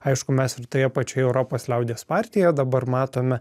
aišku mes ir toje pačioje europos liaudies partijoje dabar matome